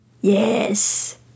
Yes